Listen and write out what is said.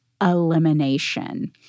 elimination